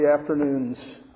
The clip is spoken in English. afternoons